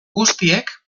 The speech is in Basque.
guztiek